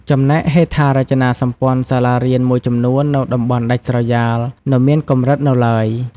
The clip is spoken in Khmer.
ចំណែកហេដ្ឋារចនាសម្ព័ន្ធសាលារៀនមួយចំនួននៅតំបន់ដាច់ស្រយាលនៅមានកម្រិតនៅឡើយ។